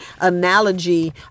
analogy